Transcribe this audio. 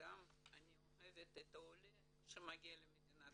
אדם אני אוהבת את העולה שמגיע למדינת